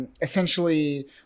essentially